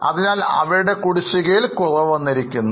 അതിനാൽ അവരുടെ കുടിശ്ശികയിൽ കുറവ് വന്നിരിക്കുന്നു